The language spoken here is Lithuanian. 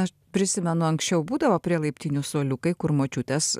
aš prisimenu anksčiau būdavo prie laiptinių suoliukai kur močiutes